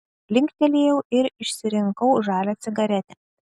linktelėjau ir išsirinkau žalią cigaretę